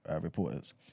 reporters